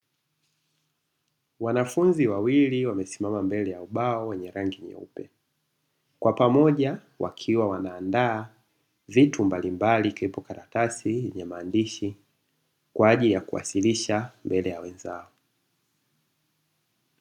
Wanafunzi wawili wamesimama mbele ya ubao wenye rangi nyeupe, kwa pamoja wakiwa wanaandaa vitu mbalimbali ikiwepo karatasi yenye maandishi kwa ajili ya kuwasilisha mbele ya wenzao.